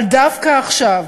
אבל דווקא עכשיו,